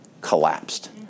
collapsed